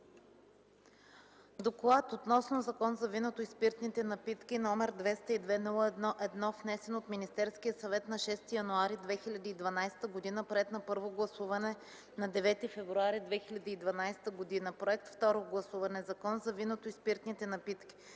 „Доклад относно Закон за виното и спиртните напитки, № 202-01-1, внесен от Министерския съвет на 6 януари 2012 г., приет на първо гласуване на 9 февруари 2012 г., проект, второ гласуване. „Закон за виното и спиртните напитки”.